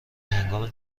هنگام